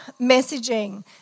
messaging